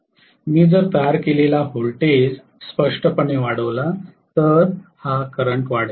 मी जर तयार केलेला व्होल्टेज स्पष्टपणे वाढवला तर हा करंट वाढेल